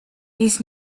his